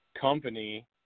company